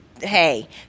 Hey